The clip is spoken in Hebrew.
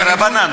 דרבנן.